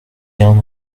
bien